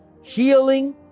Healing